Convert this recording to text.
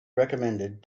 recommended